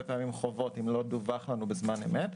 פעמים חובות אם לא דווח לנו בזמן אמת.